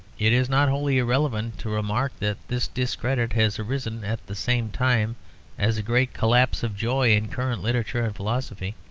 it is not wholly irrelevant to remark that this discredit has arisen at the same time as a great collapse of joy in current literature and philosophy.